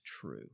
true